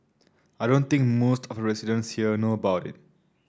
I don't think most of the residents here know about it